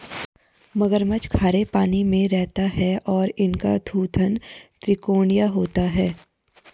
मगरमच्छ खारे पानी में रहते हैं और इनका थूथन त्रिकोणीय होता है